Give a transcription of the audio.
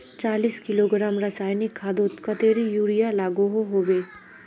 चालीस किलोग्राम रासायनिक खादोत कतेरी यूरिया लागोहो होबे?